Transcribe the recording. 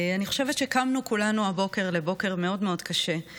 אני חושבת שקמנו כולנו הבוקר לבוקר מאוד מאוד קשה.